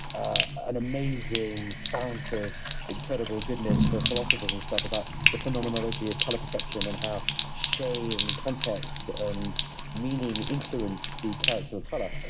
an amazing fount of incredible goodness for philosophers and stuff about the phenomenology of color perception and how shade and context and meaning influenced the character of color.